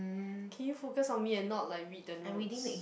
can you focus on me and not like read the notes